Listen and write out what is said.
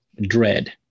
dread